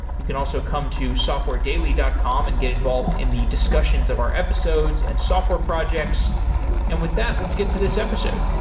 you can also come to softwaredaily dot com and get involved in the discussions of our episodes and software projects and with that, let's get to this episode